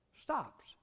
stops